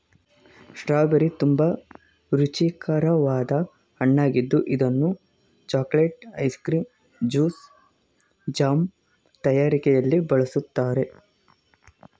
strawberry ತುಂಬಾ ರುಚಿಕರವಾದ ಹಣ್ಣಾಗಿದ್ದು ಇದನ್ನು chocolates, ice cream, jam, juice ತಯಾರಿಕೆಯಲ್ಲಿ ಬಳ್ಸತ್ತರೆ